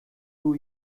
two